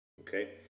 okay